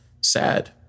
sad